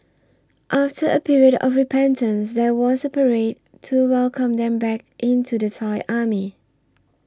after a period of repentance there was a parade to welcome them back into the Thai Army